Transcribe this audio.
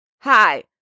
Hi